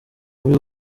muri